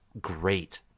great